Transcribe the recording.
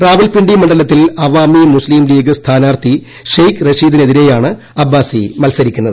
റാവൽ പിണ്ഡ്രി മണ്ഡലത്തിൽ അവാമി മുസ്തീം ലീഗ് സ്ഥാനാർത്ഥി ഷെയ്ക്ക് റഷീദിനെതിരെയാണ് അബ്ബസി മൽസരിക്കുന്നത്